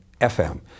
FM